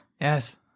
Yes